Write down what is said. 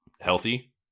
healthy